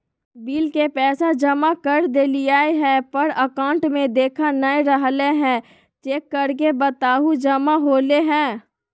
Bill के पैसा जमा कर देलियाय है पर अकाउंट में देखा नय रहले है, चेक करके बताहो जमा होले है?